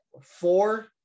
four